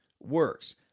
works